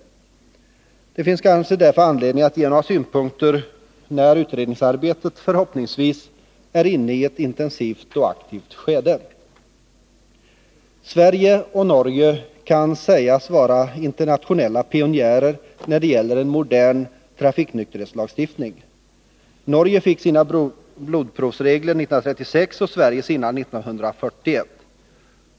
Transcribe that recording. Det finns därför kanske anledning att anlägga några synpunkter, eftersom utredningsarbetet förhoppningsvis är inne i ett intensivt och aktivt skede. Sverige och Norge kan sägas vara internationella pionjärer när det gäller en modern trafiknykterhetslagstiftning. Norge fick sina blodprovsregler 1936 och Sverige sina 1941.